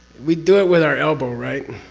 we do it with our elbow, right?